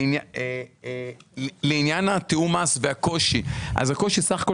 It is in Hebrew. לגבי עניין תיאום המס והקושי בסך הכל